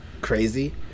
crazy